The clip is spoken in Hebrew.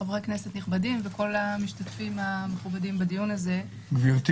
חברי הכנסת נכבדים וכל המשתתפים המכובדים בדיון הזה --- גברתי,